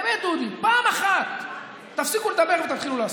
באמת, דודי, פעם אחת, תפסיקו לדבר ותתחילו לעשות?